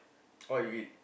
what you eat